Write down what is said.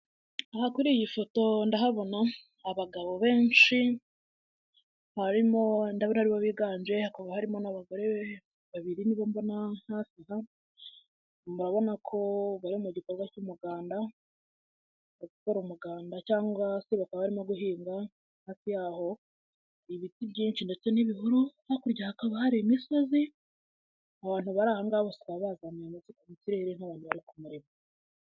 Aha kuri iyi foto ndahabona abagabo benshi harimo, ndabona aribo biganje hakaba harimo n'abagore babiri ni bo mbona hafi aho. Murabona ko bari mu gikorwa cy'umuganda, bari gukora umuganda cyangwa se bakaba barimo guhinga hafi yaho ibiti byinshi ndetse n'ibihuru hakurya hakaba hari imisozi, abantu bari aha ngaha bose bakaba bazamuye amasuka mu kirere nk'abantu bari ku murimo.